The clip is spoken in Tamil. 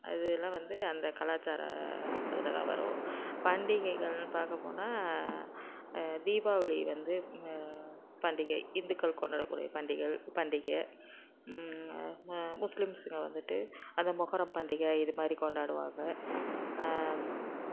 அது எல்லாம் வந்து அந்த கலாச்சார அதில்தான் வரும் பண்டிகைகள்னு பார்க்கப்போனா தீபாவளி வந்து ம பண்டிகை இந்துக்கள் கொண்டாடக்கூடிய பண்டிகள் பண்டிகை ம முஸ்லிம்ஸுங்க வந்துட்டு அந்த மொஹரம் பண்டிகை இது மாதிரி கொண்டாடுவாங்கள்